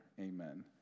amen